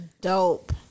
Dope